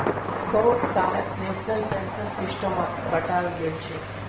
बहुत सालत national pension सिस्टमक बंटाल गेलछेक